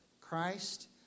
Christ